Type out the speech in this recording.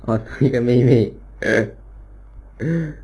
oh 一个妹妹